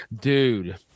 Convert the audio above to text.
Dude